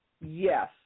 Yes